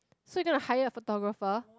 so you gonna hire a photographer